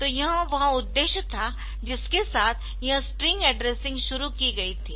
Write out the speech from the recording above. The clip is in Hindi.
तो यह वह उद्देश्य था जिसके साथ यह स्ट्रिंग एड्रेसिंग शुरू की गई थी